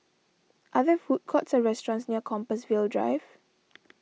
are there food courts or restaurants near Compassvale Drive